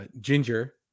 Ginger